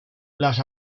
las